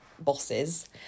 bosses